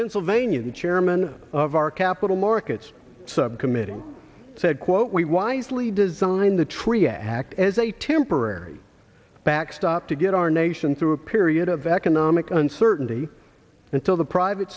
pennsylvania the chairman of our capital markets subcommittee said quote we wisely designed the triac as a temporary backstop to get our nation through a period of economic uncertainty until the private